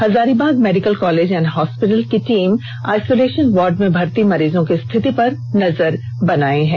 Hazaribagh medical college and hospital की team isolation ward में भर्त्ती मरीजों की स्थिति पर नजर बनाये है